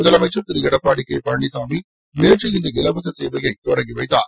முதலமைச்சர் திரு எடப்பாடி கே பழனிச்சாமி நேற்று இந்த இலவச சேவையை தொடங்கி வைத்தார்